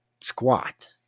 squat